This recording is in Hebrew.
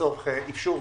לצורך אפשור,